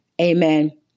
Amen